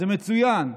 זה מצוין,